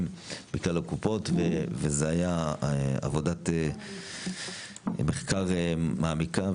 מכול הקופות וזו הייתה עבודת מחקר מעמיקה.